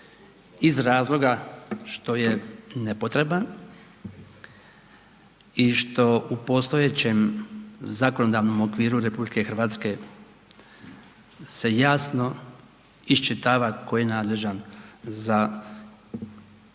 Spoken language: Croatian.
iz razloga što je nepotreban i što u postojećem zakonodavnom okviru RH se jasno iščitava tko je nadležan za izuzeće